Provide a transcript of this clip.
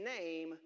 name